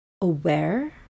aware